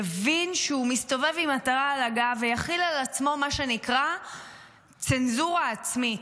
יבין שהוא מסתובב עם מטרה על הגב ויחיל על עצמו מה שנקרא צנזורה עצמית.